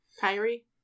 Kyrie